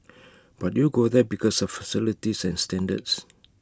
but you go there because of facilities and standards